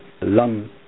lung